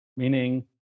Meaning